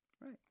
right